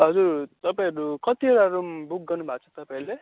हजुर तपाईँहरू कतिवटा रुम बुक गर्नु भएको छ तपाईँहरूले